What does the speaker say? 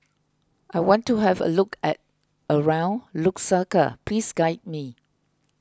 I want to have a look at around Lusaka please guide me